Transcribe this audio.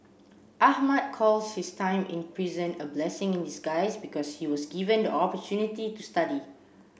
Ahmad calls his time in prison a blessing in disguise because he was given the opportunity to study